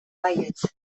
baietz